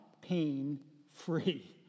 pain-free